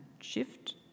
shift